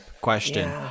question